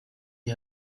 you